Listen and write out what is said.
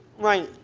right.